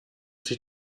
sich